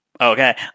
Okay